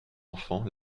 enfants